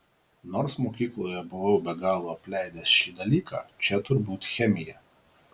nors mokykloje buvau be galo apleidęs šį dalyką čia turbūt chemija